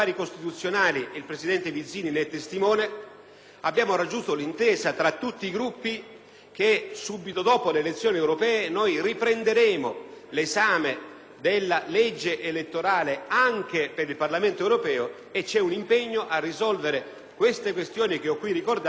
abbiamo raggiunto l'intesa tra tutti i Gruppi affinché, subito dopo le elezioni europee, si riprenda l'esame della legge elettorale anche per il Parlamento europeo, con l'impegno a risolvere le questioni che ho qui ricordato, che sono largamente condivise.